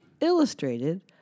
illustrated